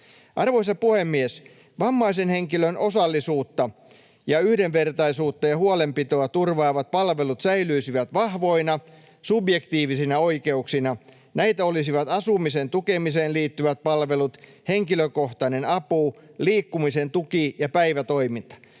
Arvoisa puhemies! Vammaisen henkilön osallisuutta, yhdenvertaisuutta ja huolenpitoa turvaavat palvelut säilyisivät vahvoina, subjektiivisina oikeuksina. Näitä olisivat asumisen tukemiseen liittyvät palvelut, henkilökohtainen apu, liikkumisen tuki ja päivätoiminta.